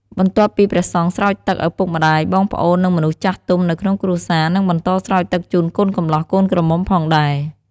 បន្ទាប់ពីព្រះសង្ឃស្រោចទឹក ឪពុកម្តាយ បងប្អូន និងមនុស្សចាស់ទុំនៅក្នុងគ្រួសារ នឹងបន្តស្រោចទឹកជូនកូនកំលោះកូនក្រមុំផងដែរ។